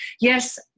yes